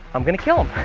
i'm going to kill them.